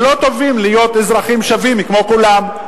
ולא טובים להיות אזרחים שווים כמו כולם.